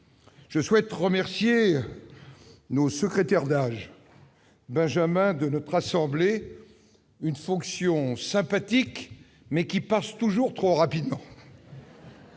Je souhaite également remercier nos secrétaires d'âge, benjamins de notre assemblée : c'est une fonction sympathique, mais qui passe toujours trop rapidement